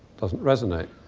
doesn't resonate.